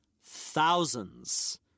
Thousands